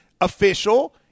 official